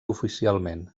oficialment